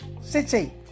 city